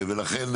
ולכן,